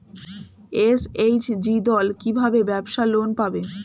SHG দল কী ভাবে ব্যাবসা লোন পাবে?